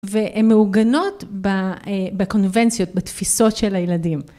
והן מעוגנות בקונבנציות, בתפיסות של הילדים.